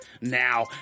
now